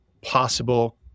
possible